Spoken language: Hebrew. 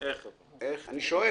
איך אני יכול לעזור?